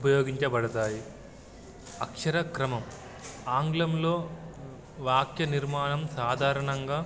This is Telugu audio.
ఉపయోగించబడతాయి అక్షర క్రమం ఆంగ్లంలో వాక్యనిర్మాణం సాధారణంగా